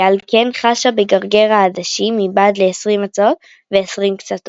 כי על כן חשה בגרגר העדשים מבעד לעשרים מצעות ועשרים כסתות.